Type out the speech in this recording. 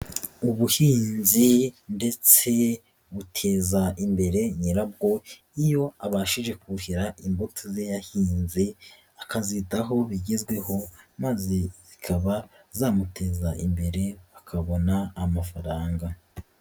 Ubuhinzi ndetse buteza imbere nyirabwo, iyo abashije kuhira imboto yahinze, akazitaho bigezweho maze zikaba zamuteza imbere akabona amafaranga.